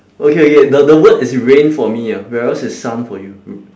okay okay the the word is rain for me ah whereas it's sun for you